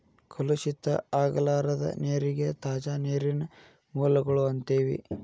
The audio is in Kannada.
ಕಲುಷಿತ ಆಗಲಾರದ ನೇರಿಗೆ ತಾಜಾ ನೇರಿನ ಮೂಲಗಳು ಅಂತೆವಿ